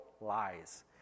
lies